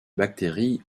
bactéries